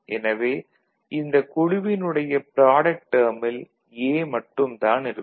எனவே இந்த குழுவினுடைய ப்ராடக்ட் டேர்மில் A மட்டும் தான் இருக்கும்